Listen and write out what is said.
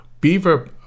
beaver